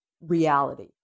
reality